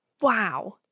Wow